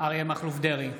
אריה מכלוף דרעי,